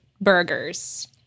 burgers